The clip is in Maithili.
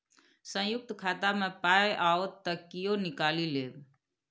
संयुक्त खाता मे पाय आओत त कियो निकालि लेब